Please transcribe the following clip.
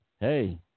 Hey